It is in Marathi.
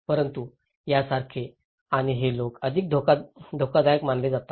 परंतु यासारखे आणि हे लोक अधिक धोकादायक मानले जातात